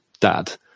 dad